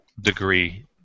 degree